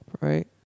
Right